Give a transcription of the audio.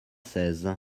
seize